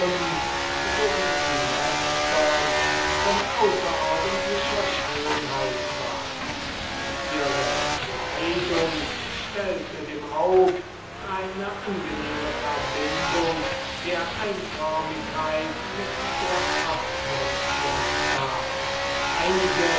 so wie die letztern von außerordentlicher schönheit waren ihre kleidung stellte dem aug eine angenehme verbindung der einförmigkeit mit der abwechslung vor einige